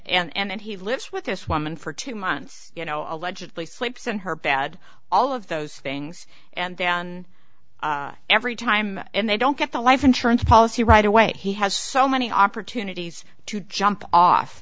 and he lives with this woman for two months you know allegedly sleeps in her bed all of those things and then every time and they don't get the life insurance policy right away he has so many opportunities to jump off